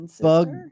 bug